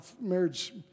marriage